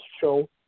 show